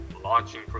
launching